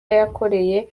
yakoreye